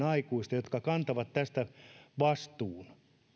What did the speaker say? aikuisille jotka kantavat tästä vastuun